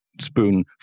spoon